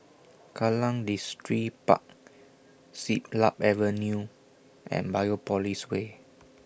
Kallang Distripark Siglap Avenue and Biopolis Way